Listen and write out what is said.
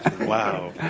Wow